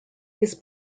his